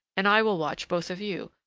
and i will watch both of you,